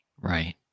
Right